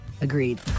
Agreed